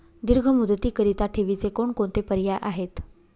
दीर्घ मुदतीकरीता ठेवीचे कोणकोणते पर्याय आहेत?